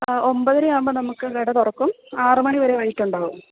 ആ ഒന്പതര ആവുമ്പോള് നമ്മള്ക്ക് കട തുറക്കും ആറു മണി വരെ വൈകിട്ടുണ്ടാവും